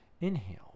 Inhale